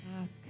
ask